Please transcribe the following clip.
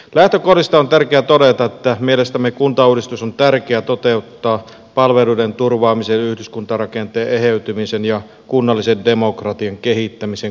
lähtökohdista on tärkeää todeta että mielestämme kuntauudistus on tärkeää toteuttaa palveluiden turvaamisen ja yhdyskuntarakenteen eheytymisen ja kunnallisen demokratian kehittämisen kannalta